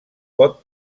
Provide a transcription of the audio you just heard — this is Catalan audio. pot